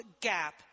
gap